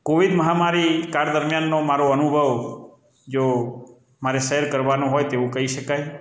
Covid મહામારી કાળ દરમિયાનનો મારો અનુભવ જો મારે શેર કરવાનો હોયતો એવું કહી શકાય